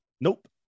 Nope